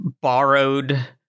borrowed